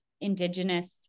indigenous